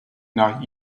nach